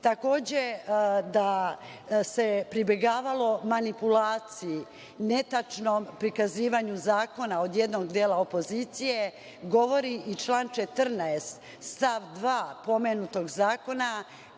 bebe. Takođe, da se pribegavalo manipulaciji, netačnom prikazivanju zakona od jednog dela opozicije govori i član 14 stav 2 pomenutog Zakona,